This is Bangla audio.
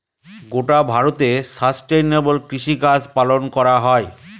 গোটা ভারতে সাস্টেইনেবল কৃষিকাজ পালন করা হয়